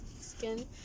skin